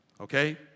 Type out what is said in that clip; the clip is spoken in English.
Okay